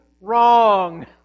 wrong